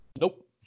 Nope